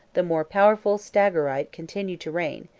the more powerful stagyrite continued to reign,